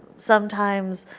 sometimes